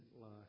life